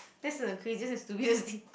that's the craziest and stupidest thing